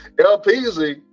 LPZ